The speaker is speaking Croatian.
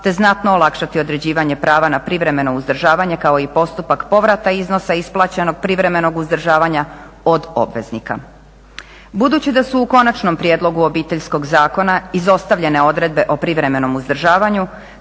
te znatno olakšati određivanje prava na privremeno uzdržavanje, kao i postupak povrata iznosa isplaćenog privremenog uzdržavanja od obveznika. Budući da su u Konačnom prijedlogu Obiteljskog zakona izostavljene odredbe o privremenom uzdržavanju,